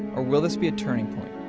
or will this be a turning point,